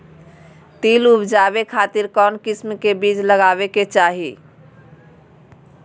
तिल उबजाबे खातिर कौन किस्म के बीज लगावे के चाही?